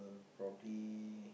probably